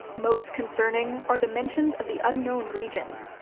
most concerning are the mentions of the unknown regions,